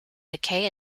decay